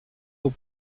aux